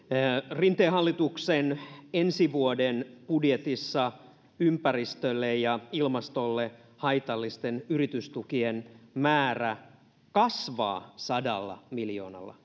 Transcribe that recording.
rinteen hallituksen ensi vuoden budjetissa ympäristölle ja ilmastolle haitallisten yritystukien määrä kasvaa sadalla miljoonalla